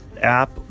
app